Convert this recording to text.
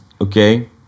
okay